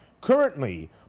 currently